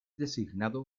designado